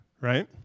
right